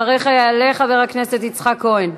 אחריך יעלה חבר הכנסת יצחק כהן.